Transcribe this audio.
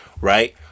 right